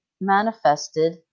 manifested